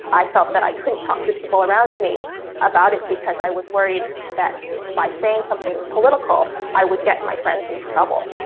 i felt that i couldn't talk to people around me about it, because i was worried that by saying something political, i would get my friends into trouble.